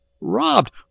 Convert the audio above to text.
robbed